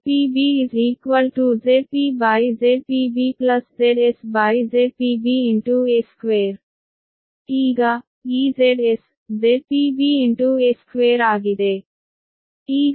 ZpB ZpZpBZsZpBa2 ಈಗ ಈ Zs ZpBa2 ಆಗಿದೆ